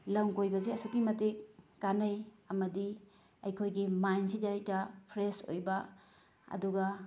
ꯂꯝ ꯀꯣꯏꯕꯁꯦ ꯑꯁꯨꯛꯀꯤ ꯃꯇꯤꯛ ꯀꯥꯟꯅꯩ ꯑꯃꯗꯤ ꯑꯩꯈꯣꯏꯒꯤ ꯃꯥꯏꯟꯁꯤꯗꯩꯗ ꯐ꯭ꯔꯦꯁ ꯑꯣꯏꯕ ꯑꯗꯨꯒ